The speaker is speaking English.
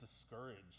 discouraged